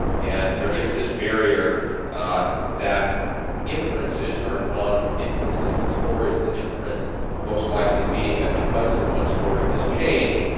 and there is this barrier that inferences are drawn from inconsistent stories, the inference most likely being that because someone's story has changed,